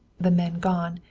the men gone,